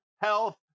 health